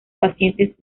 pacientes